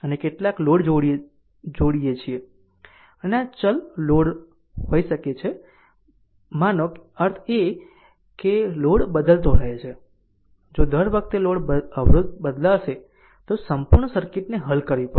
અને કેટલાક લોડ જોડીએ થયેલ છે અને આ ચલ લોડ હોઈ શકે છે માનો અર્થ છે કે આ લોડ બદલાતો રહે છે જો દર વખતે આ લોડ અવરોધ બદલાશે તો સંપૂર્ણ સર્કિટને હલ કરવી પડશે